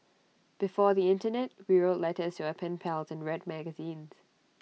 before the Internet we wrote letters to our pen pals and read magazines